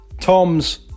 tom's